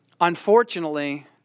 unfortunately